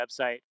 website